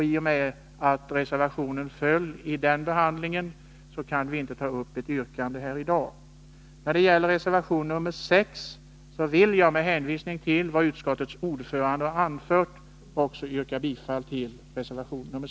I och med att reservationen föll i den behandlingen, kan vi inte ta upp ett yrkande här i dag. När det gäller reservation nr 6 vill jag med hänvisning till vad utskottets ordförande har anfört yrka bifall även till den.